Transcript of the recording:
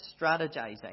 strategizing